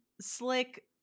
slick